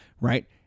right